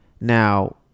now